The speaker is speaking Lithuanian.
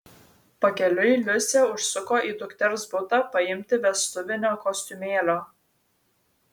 pakeliui liusė užsuko į dukters butą paimti vestuvinio kostiumėlio